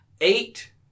eight